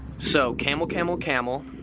so camel camel camel,